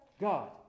god